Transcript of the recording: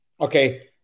Okay